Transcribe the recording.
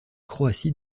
croatie